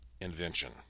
invention